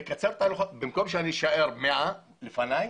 במקום שאני אשאר כשיש 100 לפניי